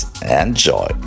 Enjoy